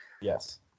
Yes